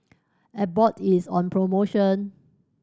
Abbott is on promotion